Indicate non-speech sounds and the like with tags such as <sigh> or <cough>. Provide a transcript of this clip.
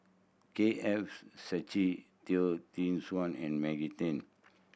K F <unintelligible> Seetoh <unintelligible> Tee Suan and Maggie Teng